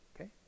Okay